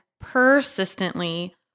persistently